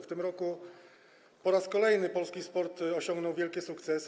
W tym roku po raz kolejny polski sport osiągnął wielkie sukcesy.